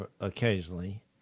occasionally